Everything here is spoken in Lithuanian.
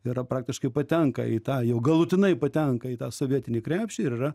yra praktiškai patenka į tą jau galutinai patenka į tą sovietinį krepšį ir yra